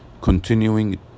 Continuing